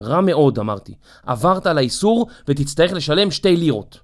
רע מאוד אמרתי, עברת על האיסור ותצטרך לשלם שתי לירות